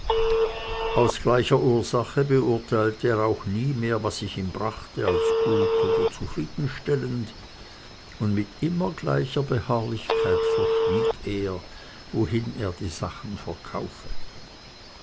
aus gleicher ursache beurteilte er auch nie mehr was ich ihm brachte als gut oder zufriedenstellend und mit immer gleicher beharrlichkeit verschwieg er wohin er die sachen verkaufe